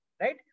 Right